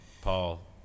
Paul